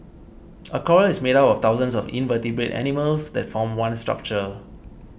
a coral is made up of thousands of invertebrate animals that form one structure